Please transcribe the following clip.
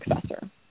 successor